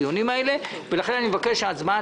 יוכלו לשבת ולהיות שותפים לדיון הזה.